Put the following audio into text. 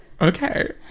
okay